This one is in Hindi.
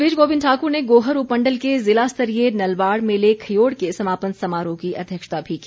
इस बीच गोविंद ठाकुर ने गोहर उपमण्डल के जिला स्तरीय नलवाड़ मेले ख्योड़ के समापन समारोह की अध्यक्षता भी की